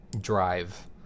drive